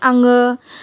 आङो